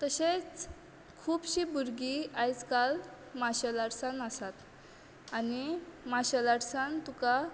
तशेंच खुबशीं भुरगीं आयज काल मार्शेल आर्टसान आसात आनी मार्शेल आर्टसान तुका